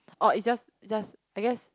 oh it's just it's just I guess